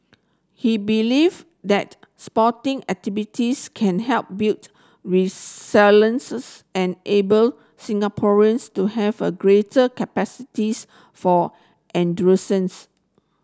he believe that sporting activities can help built and able Singaporeans to have a greater capacities for endurance